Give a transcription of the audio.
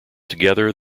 together